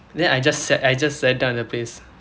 then I just sat I just sat down at the place